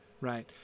right